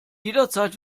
jederzeit